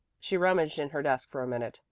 she rummaged in her desk for a minute.